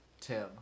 Tim